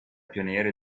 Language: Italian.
pionieri